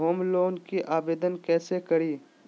Home loan के आवेदन कैसे करि?